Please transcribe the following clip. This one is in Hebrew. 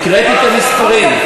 הקראתי את המספרים.